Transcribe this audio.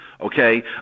Okay